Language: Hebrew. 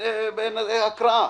נעבור להקראה.